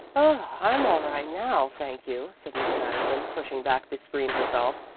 oh, i'm all right now, thank you, said miss madison, pushing back the screen herself.